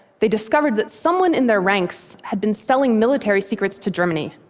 they discovered that someone in their ranks had been selling military secrets to germany.